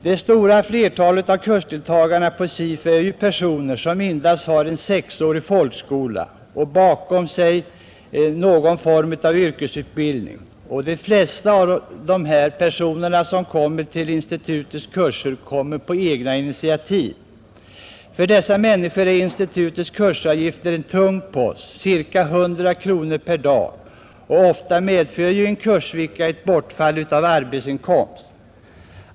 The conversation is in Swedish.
Det stora flertalet av kursdeltagarna på SIFU är personer som endast har en sexårig folkskola bakom sig plus någon form av yrkesutbildning, och de flesta av dessa kommer till institutets kurser på eget initiativ. För dessa människor är institutets kursavgifter, ca 100 kronor per dag, en tung post, och ofta medför en kursvecka ett bortfall av arbetsinkomst.